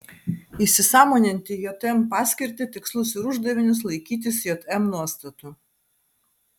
įsisąmoninti jm paskirtį tikslus ir uždavinius laikytis jm nuostatų